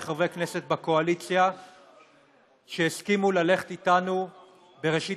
מחברי כנסת בקואליציה שהסכימו ללכת איתנו בראשית